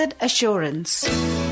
Assurance